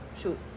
shoes